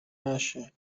نشه